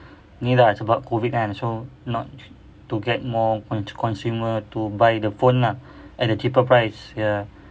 iya lah sebab COVID kan so not to get more consumer to buy the phone lah at a cheaper price ya